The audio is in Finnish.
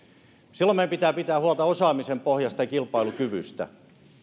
silloin meidän pitää pitää huolta osaamisen pohjasta ja kilpailukyvystä